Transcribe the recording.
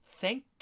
Thank